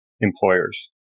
employers